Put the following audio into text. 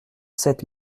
sept